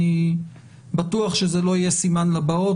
אני בטוח שזה לא יהיה סימן לבאות,